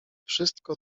wszystko